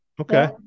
Okay